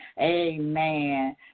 Amen